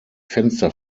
fenster